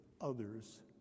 others